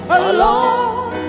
alone